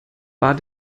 war